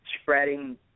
spreading